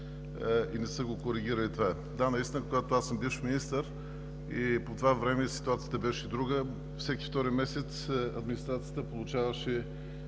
и не са коригирали това. Да, наистина, аз съм бивш министър и по мое време ситуацията беше друга – всеки втори месец администрацията получаваше